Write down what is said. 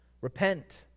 Repent